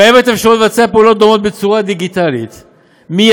קיימת אפשרות לבצע פעולות דומות בצורה דיגיטלית מיידית,